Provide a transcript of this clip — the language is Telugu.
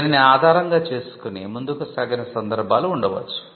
దీనిని ఆధారంగా చేసుకుని ముందుకు సాగిన సందర్భాలు ఉండవచ్చు